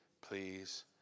please